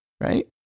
right